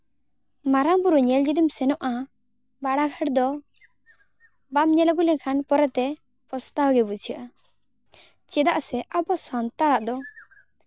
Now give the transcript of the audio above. ᱢᱟᱨᱟᱝᱼ ᱵᱩᱨᱩ ᱧᱮᱞ ᱡᱩᱫᱤᱢ ᱥᱮᱱᱚᱜᱼᱟ ᱵᱟᱲᱟ ᱜᱷᱟᱴ ᱫᱚ ᱵᱟᱢ ᱧᱮᱞ ᱟᱹᱜᱩ ᱞᱮᱠᱷᱟᱱ ᱯᱚᱨᱮᱛᱮ ᱯᱚᱥᱛᱟᱣ ᱜᱮ ᱵᱩᱡᱷᱟᱹᱜᱼᱟ ᱪᱮᱫᱟᱜ ᱥᱮ ᱟᱵᱚ ᱥᱟᱱᱛᱟᱲᱟᱜ ᱫᱚ